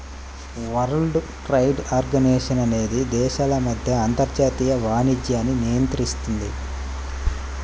world Trade Organization అనేది దేశాల మధ్య అంతర్జాతీయ వాణిజ్యాన్ని నియంత్రిస్తుంది